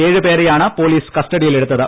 ഏഴ് ഇവരെ പേരെയാണ് പോലീസ് കസ്റ്റഡിയിലെടുത്തത്